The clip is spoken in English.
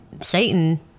Satan